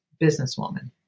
businesswoman